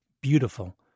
beautiful